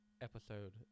episode